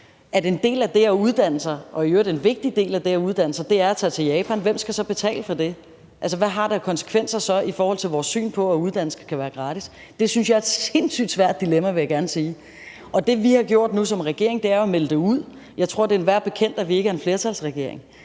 at en del af det at uddanne sig, og i øvrigt en vigtig del af det at uddanne sig, er at tage til Japan, hvem skal så betale for det? Hvad har det så af konsekvenser i forhold til vores syn på, at uddannelse skal være gratis? Det synes jeg er et sindssygt svært dilemma, vil jeg gerne sige. Det, vi har gjort nu som regering, er jo at melde det ud. Jeg tror, det er kendt for enhver, at vi ikke er en flertalsregering,